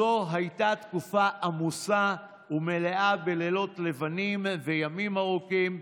זו הייתה תקופה עמוסה ומלאה בלילות לבנים וימים ארוכים.